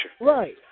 Right